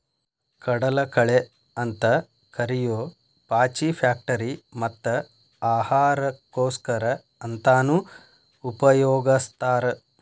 ಕಡಲಕಳೆ ಅಂತ ಕರಿಯೋ ಪಾಚಿ ಫ್ಯಾಕ್ಟರಿ ಮತ್ತ ಆಹಾರಕ್ಕೋಸ್ಕರ ಅಂತಾನೂ ಉಪಯೊಗಸ್ತಾರ